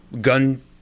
gun